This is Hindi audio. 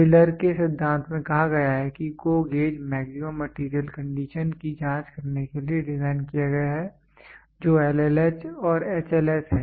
टेलर के सिद्धांत में कहा गया है कि GO gauge maximum material condition की जाँच करने के लिए डिज़ाइन किया गया है जो LLH और HLS है